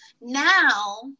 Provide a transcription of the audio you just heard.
Now